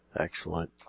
Excellent